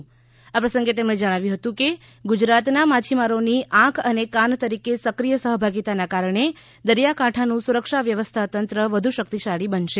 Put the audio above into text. મુખ્યમંત્રીશ્રીએ આ પ્રસંગે કહ્યું હતું કે ગુજરાતના માછીમારોની આંખ અને કાન તરીકે સક્રિય સહભાગીતાના કારણે દરિયાકાંઠાનું સુરક્ષા વ્યવસ્થાતંત્ર વધુ શક્તિશાળી બનશે